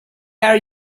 are